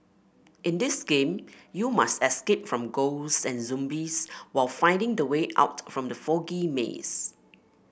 in this game you must escape from ghosts and zombies while finding the way out from the foggy maze